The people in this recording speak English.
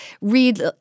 read